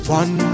one